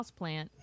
Houseplant